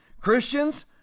Christians